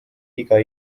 iga